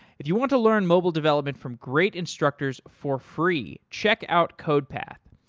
if you want to learn mobile development from great instructors for free, check out codepath.